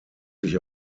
sich